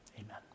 amen